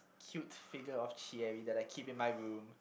cute figure of that I keep in my room